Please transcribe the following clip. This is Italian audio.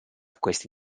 questa